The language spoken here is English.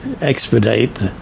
expedite